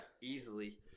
Easily